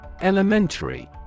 Elementary